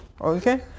okay